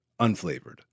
unflavored